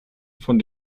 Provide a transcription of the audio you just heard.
von